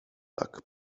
tak